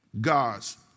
God's